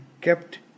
kept